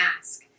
ask